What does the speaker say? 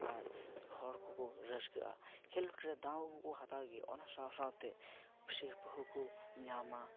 ᱟᱨ ᱦᱚᱲ ᱠᱚᱠᱚ ᱨᱟᱹᱥᱠᱟᱹᱜᱼᱟ ᱠᱷᱮᱞᱳᱰ ᱨᱮ ᱫᱟᱣ ᱢᱟᱠᱚ ᱦᱟᱛᱟᱣ ᱜᱮ ᱚᱱᱟ ᱥᱟᱶ ᱥᱟᱶᱛᱮ ᱥᱤᱨᱯᱟᱹ ᱦᱚᱠᱚ ᱧᱟᱢᱟ